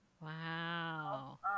Wow